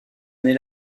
année